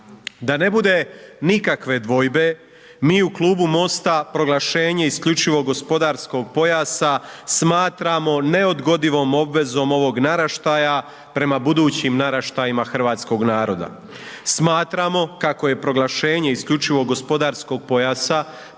Da ne bude nikakve dvojbe mi u Klubu MOST-a proglašenje isključivog gospodarskog pojasa smatramo neodgodivom obvezom ovog naraštaja prema budućim naraštajima hrvatskog naroda. Smatramo kako je proglašenje isključivog gospodarskog pojasa